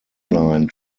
line